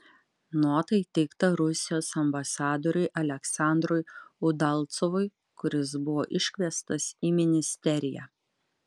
nota įteikta rusijos ambasadoriui aleksandrui udalcovui kuris buvo iškviestas į ministeriją